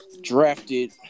drafted